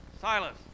Silas